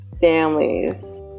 families